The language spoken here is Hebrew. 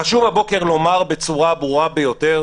חשוב הבוקר לומר בצורה הברורה ביותר,